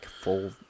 full